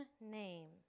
name